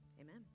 Amen